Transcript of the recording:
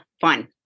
fun